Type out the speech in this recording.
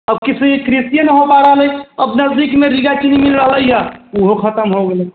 तब कृषि कृषिए नहि हो पा रहल अइ अब नजदीकमे रैया चीनी मील रहलैए ओहो खतम हो गेलै